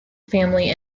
family